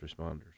responders